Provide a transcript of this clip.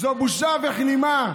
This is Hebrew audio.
זו בושה וכלימה,